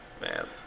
Man